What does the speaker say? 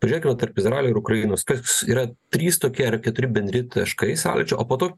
pažiūrėkime tarp izraelio ir ukrainos kas yra trys tokie ar keturi bendri taškai sąlyčio o po to